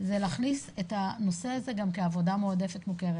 זה להכניס את הנושא הזה גם כעבודה מועדפת מוכרת.